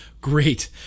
Great